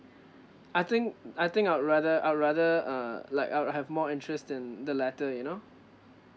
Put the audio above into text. I think uh I think I'd rather I'd rather uh like I'll have more interest in the latter you know